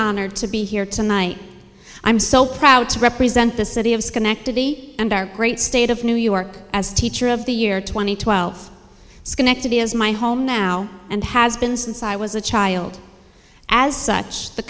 honored to be here tonight i'm so proud to represent the city of schenectady and our great state of new york as a teacher of the year two thousand and twelve schenectady as my home now and has been since i was a child as such the